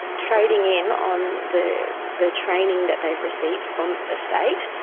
trading in on the the training that they've received from the state.